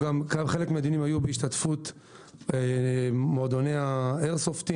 חלק מהדיונים היו בהשתתפות מועדוני האיירסופט,